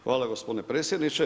Hvala gospodine predsjedniče.